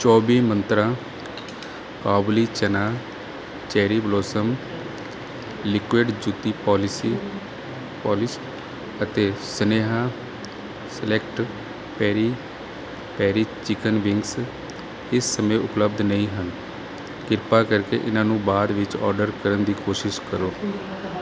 ਛੌਵੀ ਮੰਤਰਾਂ ਕਾਬਲੀ ਚਨਾ ਚੈਰੀ ਬਲੋਸਮ ਲਿਕੁਇਡ ਜੁੱਤੀ ਪੋਲਿਸੀ ਪੋਲਿਸ਼ ਅਤੇ Sneha select peri peri chicken wings ਇਸ ਸਮੇਂ ਉਪਲਬਧ ਨਹੀਂ ਹਨ ਕਿਰਪਾ ਕਰਕੇ ਇਹਨਾਂ ਨੂੰ ਬਾਅਦ ਵਿੱਚ ਆਰਡਰ ਕਰਨ ਦੀ ਕੋਸ਼ਿਸ਼ ਕਰੋ